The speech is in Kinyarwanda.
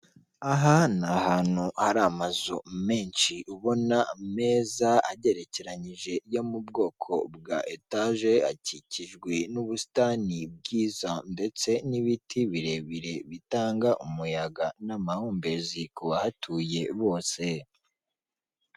Isoko ry'imboga ririmo abantu bagiye batandukanye hari umucuruzi ari gutonora ibishyimbo hari ibitunguru, harimo amashaza, inyanya ndetse harimo n'abandi benshi.